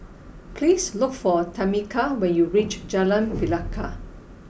please look for Tameka when you reach Jalan Pelikat